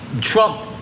Trump